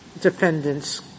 defendant's